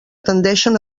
tendeixen